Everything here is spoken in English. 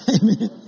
Amen